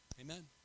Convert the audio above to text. Amen